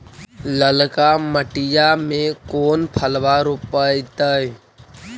ललका मटीया मे कोन फलबा रोपयतय?